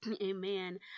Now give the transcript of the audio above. amen